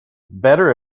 better